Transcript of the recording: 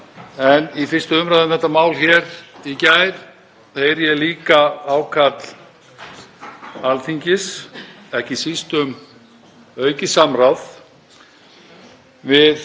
En í 1. umr. um þetta mál hér í gær heyrði ég líka ákall Alþingis, ekki síst um aukið samráð við